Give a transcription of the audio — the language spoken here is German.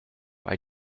bei